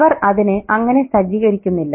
അവർ അതിനെ അങ്ങനെ സജ്ജീകരിക്കുന്നില്ല